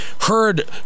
heard